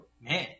man